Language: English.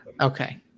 Okay